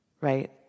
Right